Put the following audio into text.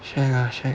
shag lah shag